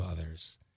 others